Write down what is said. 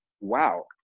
wow